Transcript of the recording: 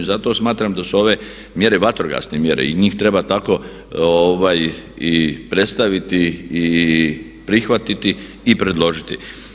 Zato smatram da su ove mjere vatrogasne mjere i njih treba tako i predstaviti i prihvatiti i predložiti.